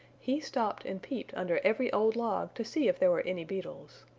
he stopped and peeped under every old log to see if there were any beetles.